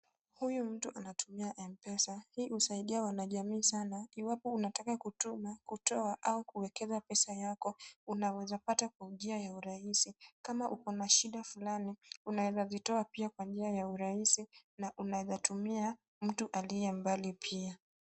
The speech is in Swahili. Huyu mtu anatumia M-Pesa, hii husaidia wanajamii sana iwapo unataka kutuma, kutoa au kuwekeza pesa yako unaweza pata kwa njia ya urahisi kama uko na shida fulani unaweza zitoa pia kwa njia ya urahisi na unaweza tumia mtu alie mbali pia.